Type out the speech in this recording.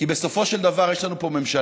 כי בסופו של דבר, יש לנו פה ממשלה